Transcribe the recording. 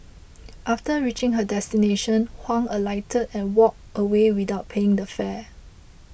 after reaching her destination Huang alighted and walked away without paying the fare